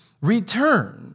return